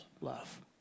love